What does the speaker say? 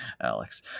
Alex